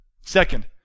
Second